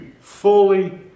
Fully